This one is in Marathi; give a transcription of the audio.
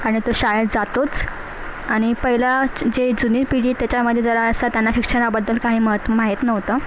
आणि तो शाळेत जातोच आणि पहिली जे जुनी पिढी आहे त्याच्यामध्ये जरासा त्यांना शिक्षणाबद्दल काही महत माहीत नव्हतं